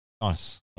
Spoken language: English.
Nice